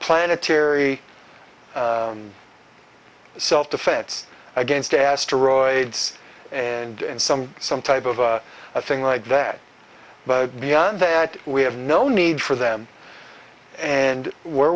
planetary self defense against asteroids and some some type of a thing like that but beyond that we have no need for them and where